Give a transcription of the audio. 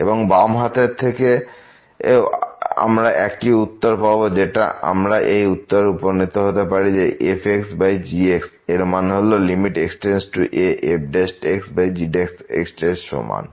এবং বাম হাত থেকেও আমরা একই উত্তর পাবো যেটা থেকে আমরা এই উত্তর উপনীত হতে পারি যে fg এর মান x→a fg এর সমান